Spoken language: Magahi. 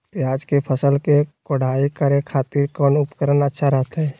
प्याज के फसल के कोढ़ाई करे खातिर कौन उपकरण अच्छा रहतय?